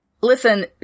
Listen